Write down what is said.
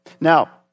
Now